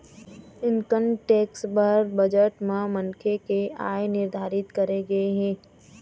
income tax बर budget म मनखे के आय निरधारित करे गे हे